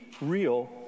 real